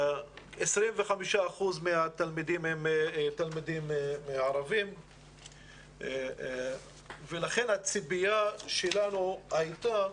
25% מן התלמידים הם ערבים ולכן הציפייה שלנו הייתה